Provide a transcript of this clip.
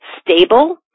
stable